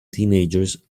teenagers